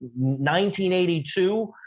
1982